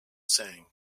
sang